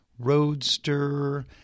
Roadster